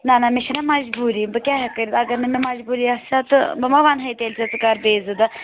نَہ نَہ مےٚ چھِنَہ مَجبوٗری بہٕ کیٛاہ ہٮ۪کہٕ کٔرِتھ اَگر نہٕ مےٚ مَجبوٗری آسہِ ہا تہٕ بہٕ مَہ وَنہٕ ۂے تیٚلہِ ژےٚ ژٕ کَر بیٚیہِ زٕ دۄہ